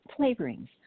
flavorings